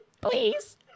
Please